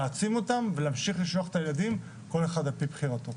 להעצים אותם ולהמשיך לשלוח את הילדים כל אחד על-פי בחירתו.